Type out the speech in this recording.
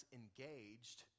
engaged